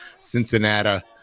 Cincinnati